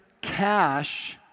cash